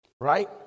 right